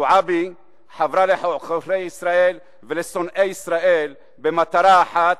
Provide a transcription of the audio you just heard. זועבי חבְרה לעוכרי ישראל ולשונאי ישראל במטרה אחת,